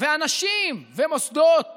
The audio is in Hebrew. ואנשים ומוסדות